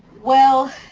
well,